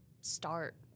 start